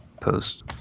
post